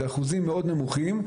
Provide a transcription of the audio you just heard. אלה אחוזים מאוד נמוכים,